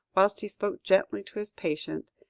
whilst he spoke gently to his patient,